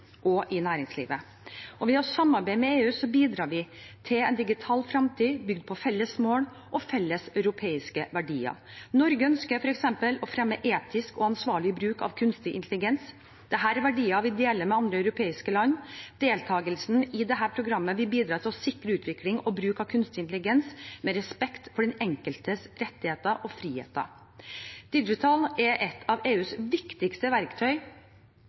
og i næringslivet. Ved å samarbeide med EU bidrar vi til en digital framtid, bygd på felles mål og felles europeiske verdier. Norge ønsker f.eks. å fremme etisk og ansvarlig bruk av kunstig intelligens, og dette er verdier vi deler med andre europeiske land. Deltakelsen i dette programmet vil bidra til å sikre utvikling og bruk av kunstig intelligens med respekt for den enkeltes rettigheter og friheter. DIGITAL er et av EUs viktigste verktøy